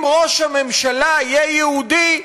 אם ראש הממשלה יהיה יהודי,